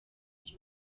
bya